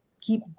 keep